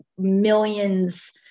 millions